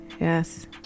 yes